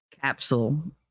capsule